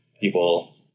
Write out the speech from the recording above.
people